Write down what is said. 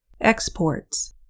Exports